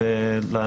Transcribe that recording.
נושים.